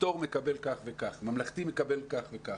פטור מקבל כך וכך, ממלכתי מקבל כך וכך.